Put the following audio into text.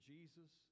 Jesus